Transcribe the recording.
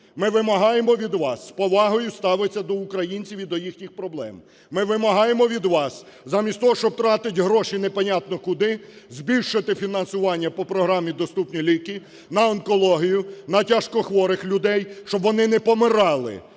Ми вимагаємо від вас з повагою ставитись до українців і до їхніх проблем. Ми вимагаємо від вас замість того, щоб тратити гроші не понятно куди, збільшити фінансування по програмі "Доступні ліки" на онкологію, на тяжкохворих людей, щоб вони не помирали